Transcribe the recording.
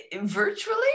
Virtually